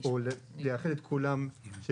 או לאחד את כולם.